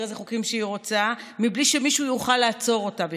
איזה חוקים שהיא רוצה בלי שמישהו יוכל לעצור אותה בכלל.